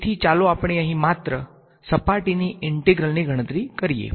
તેથી ચાલો આપણે અહીં માત્ર સપાટીની ઇન્ટેગ્રલની ગણતરી કરીએ